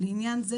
לעניין זה,